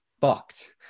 fucked